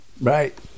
right